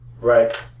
Right